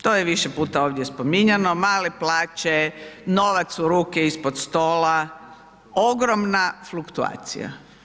To je više puta ovdje spominjano, male plaće, novac u ruke ispod stola, ogromna fluktuacija.